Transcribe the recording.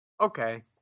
Okay